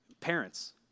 Parents